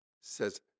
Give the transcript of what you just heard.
says